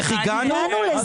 איך הגענו?